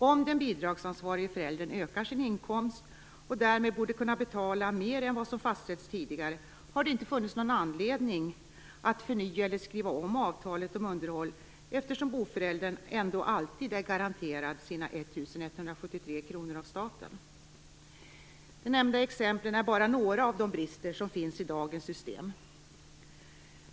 Om den bidragsansvarige föräldern ökar sin inkomst, och därmed borde kunna betala mer än vad som fastställts tidigare, har det inte funnits någon anledning att förnya eller skriva om avtalet om underhåll, eftersom boföräldern ändå alltid är garanterad sina 1 173 kr av staten. De nämnda exemplen är bara några av de brister som finns i dagens system.